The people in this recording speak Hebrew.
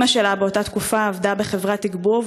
אימא שלה באותה תקופה עבדה בחברת "תגבור",